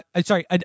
Sorry